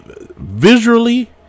visually